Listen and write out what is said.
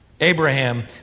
Abraham